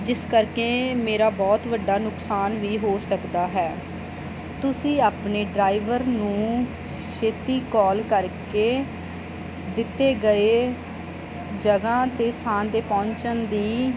ਜਿਸ ਕਰਕੇ ਮੇਰਾ ਬਹੁਤ ਵੱਡਾ ਨੁਕਸਾਨ ਵੀ ਹੋ ਸਕਦਾ ਹੈ ਤੁਸੀਂ ਆਪਣੇ ਡਰਾਈਵਰ ਨੂੰ ਛੇਤੀ ਕੋਲ ਕਰਕੇ ਦਿੱਤੀ ਗਈ ਜਗ੍ਹਾ 'ਤੇ ਸਥਾਨ ਦੇ ਪਹੁੰਚਣ ਦੀ